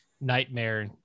Nightmare